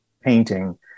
painting